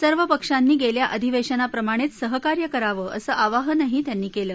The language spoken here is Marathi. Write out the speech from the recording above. सर्व पक्षांनी गेल्या अधिवेशनाप्रमाणेच सहकार्य करावं असं आवाहनही त्यांनी केलं